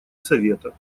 совета